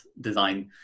design